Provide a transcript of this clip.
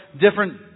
different